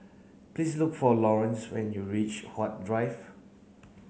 please look for Lawrence when you reach Huat Drive